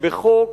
בחוק